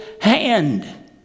hand